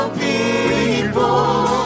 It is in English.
people